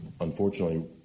unfortunately